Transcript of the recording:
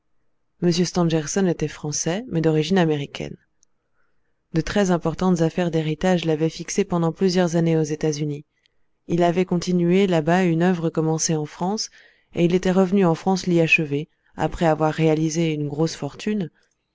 français mais d'origine américaine de très importantes affaires d'héritage l'avaient fixé pendant plusieurs années aux états-unis il avait continué là-bas une œuvre commencée en france et il était revenu en france l'y achever après avoir réalisé une grosse fortune